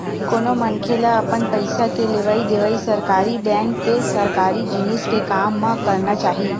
कोनो मनखे ल अपन पइसा के लेवइ देवइ सरकारी बेंक ते सरकारी जिनिस के काम म करना चाही